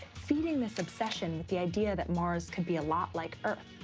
feeding this obsession with the idea that mars could be a lot like earth.